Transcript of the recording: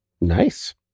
Nice